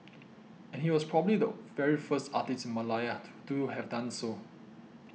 and he was probably the very first artist in Malaya to do have done so